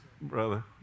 brother